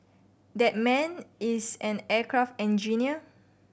that man is an aircraft engineer